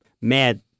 mad